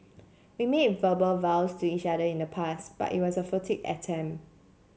we made verbal vows to each other in the past but it was a attempt